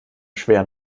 schwer